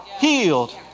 healed